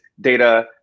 data